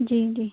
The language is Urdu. جی جی